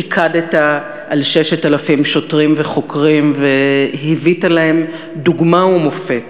פיקדת על 6,000 שוטרים וחוקרים והיווית להם דוגמה ומופת.